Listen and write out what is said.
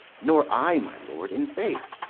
nor i, my lord, in faith.